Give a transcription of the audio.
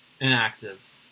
inactive